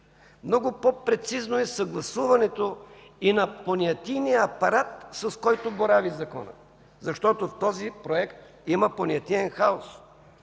Много по-прецизно е съгласуването и на понятийния апарат, с който борави законът, защото в този Проект има понятиен хаос.